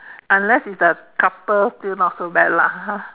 unless is a couple still not so bad lah